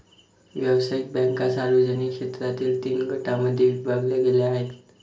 व्यावसायिक बँका सार्वजनिक क्षेत्रातील तीन गटांमध्ये विभागल्या गेल्या आहेत